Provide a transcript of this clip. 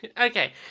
Okay